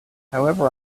however